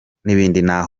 nta